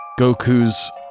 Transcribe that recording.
Goku's